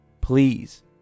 Please